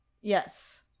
yes